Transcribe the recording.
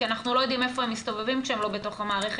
כי אנחנו לא יודעים איפה הם מסתובבים כשהם לא בתוך המערכת,